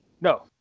No